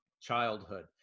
childhood